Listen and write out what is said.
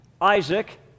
Isaac